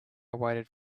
waited